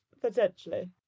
potentially